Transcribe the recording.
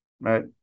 right